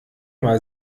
mal